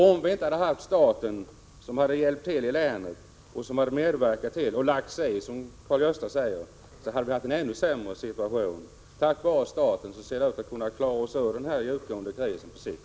Om vi inte hade haft staten som hjälpt till i länet — och lagt sig i, som Karl-Gösta Svenson säger — hade situationen varit ännu sämre. Tack vare staten ser vi nu ut att kunna klara oss ur länets djupgående kris på sikt.